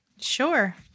Sure